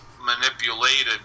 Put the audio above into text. manipulated